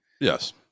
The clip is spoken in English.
Yes